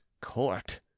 court